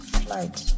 flight